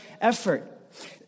effort